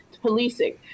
policing